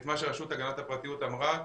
את מה שהרשות להגנת הפרטיות אמרה,